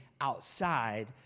outside